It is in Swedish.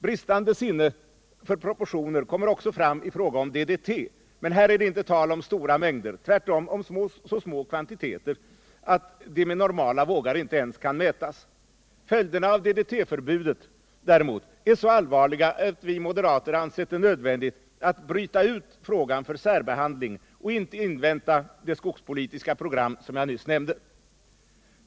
Bristande sinne för proportioner kommer också fram i fråga om DDT, men här är det inte tal om stora mängder, tvärtom om så små kvantiteter att de med normala vågar inte ens kan mätas. Följderna av DDT-förbudet däremot är så allvarliga, att vi moderater ansett det nödvändigt att bryta ut frågan för särbehandling och inte invänta det skogspolitiska program som jag nyss nämnde.